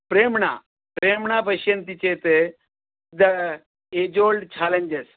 प्रेम्णा प्रेम्णा पश्यन्ति चेत् एज् ओल्ड् छालेञ्जस्